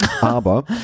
Aber